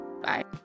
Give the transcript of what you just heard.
Bye